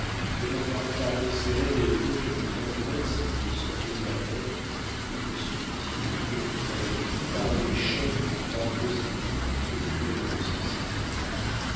de n'avoir pas resserré les liens d'une tendresse qui me semblait alors plus subtile que vraie par les chaînes du droit positif que crée la possession